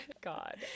God